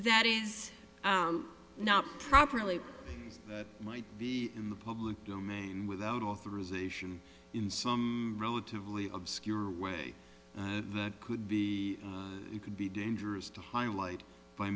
that is not properly might be in the public domain without authorization in some relatively obscure way and that could be it could be dangerous to highlight by